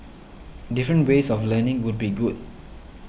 different ways of learning would be good